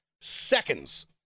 seconds